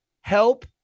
help